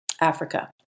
Africa